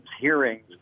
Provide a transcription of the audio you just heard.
hearings